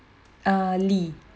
uh lee